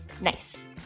Nice